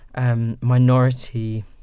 minority